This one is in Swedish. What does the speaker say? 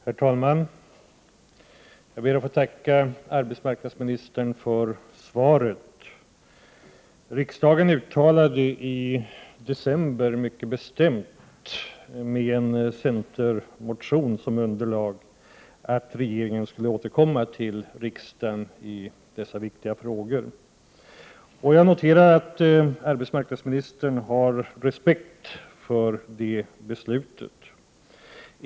Herr talman! Jag ber att få tacka arbetsmarknadsministern för svaret. Riksdagen uttalade som sin mening i december mycket bestämt, med en centermotion som underlag, att regeringen skulle återkomma till riksdagen i dessa viktiga frågor. Jag noterar att arbetsmarknadsministern har respekt för det.